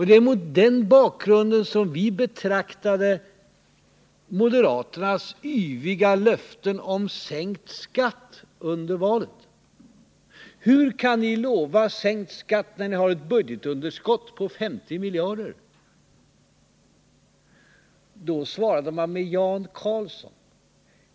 Det var mot den här bakgrunden vi betraktade moderaternas yviga löften om sänkt skatt under valrörelsen. Hur kan ni lova sänkt skatt när ni har ett budgetunderskott på 50 miljarder? frågade vi. Då svarade man med Jan Carlzon.